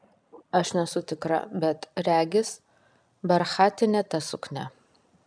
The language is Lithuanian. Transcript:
aš nesu tikra bet regis barchatinė ta suknia